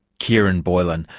kieran boylan,